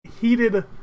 heated